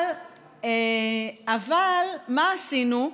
אבל מה עשינו?